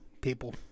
people